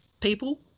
people